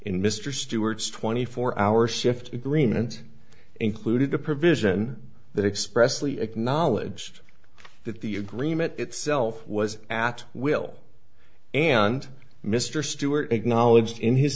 in mr stewart's twenty four hour shift agreement included a provision that expressly acknowledged that the agreement itself was at will and mr stewart acknowledged in his